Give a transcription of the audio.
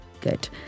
good